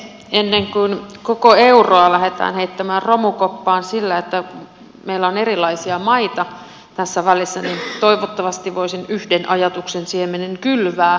ennen kuin koko euroa lähdetään heittämään romukoppaan sillä että meillä on erilaisia maita tässä välissä niin toivottavasti voisin yhden ajatuksen siemenen kylvää